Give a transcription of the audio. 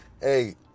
hey